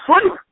sleep